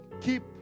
keep